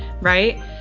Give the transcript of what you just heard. right